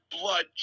blood